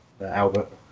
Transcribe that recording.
albert